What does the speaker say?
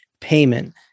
payment